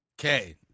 Okay